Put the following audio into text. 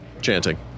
chanting